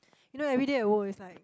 you know everyday I walk is like